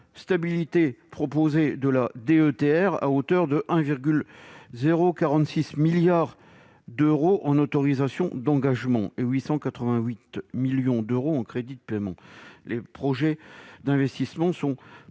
propose une DETR stable, à hauteur de 1,046 milliard d'euros en autorisations d'engagement et de 888 millions d'euros en crédits de paiement. Les projets d'investissement sont